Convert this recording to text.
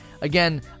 Again